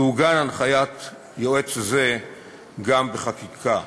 תעוגן הנחיית יועץ זו גם בחקיקה.